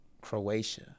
Croatia